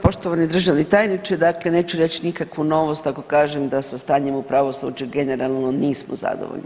Poštovani državni tajniče, dakle neću reći nikakvu novost ako kažem da sa stanjem u pravosuđu generalno nismo zadovoljni.